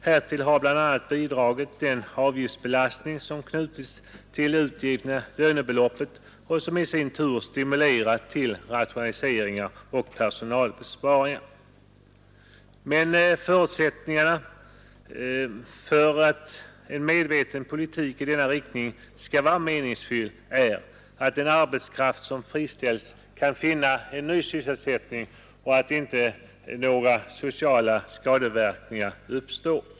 Härtill har bl.a. bidragit den avgiftsbelastning som knutits till det utgivna lönebeloppet och som i sin tur har stimulerat till rationaliseringar och personalbesparingar. Men förutsättningen för att en medveten politik i denna riktning skall vara meningsfull är att den arbetskraft som friställs kan finna ny sysselsättning och att inga sociala skadeverkningar uppstår.